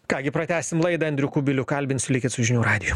ką gi pratęsim laidą andrių kubilių kalbinsiu likit su žinių radiju